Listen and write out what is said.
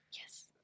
yes